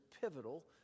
pivotal